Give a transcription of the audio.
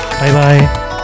bye-bye